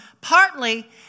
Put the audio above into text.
partly